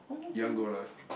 you want go or not